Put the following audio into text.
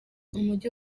umujyi